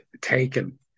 taken